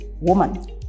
woman